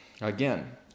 again